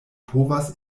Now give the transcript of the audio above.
povas